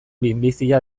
minbizia